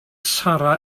sarra